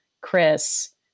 chris